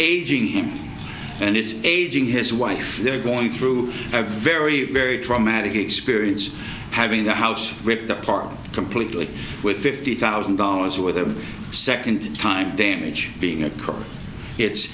aging him and it's aging his wife they're going through a very very traumatic experience having the house ripped apart completely with fifty thousand dollars with a second time damage being a